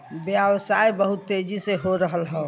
व्यवसाय बहुत तेजी से हो रहल हौ